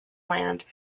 land